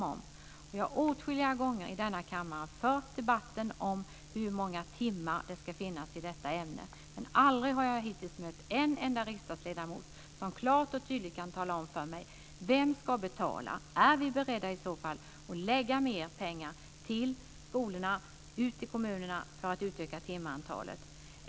Vi har åtskilliga gånger i denna kammare fört en debatt om hur många timmar det ska finnas i detta ämne. Men aldrig har jag hittills mött en enda riksdagsledamot som klart och tydligt kan tala om för mig vem som ska betala. Är vi i sådana fall beredda att lägga mer pengar till skolorna ute i kommunerna för att utöka timantalet?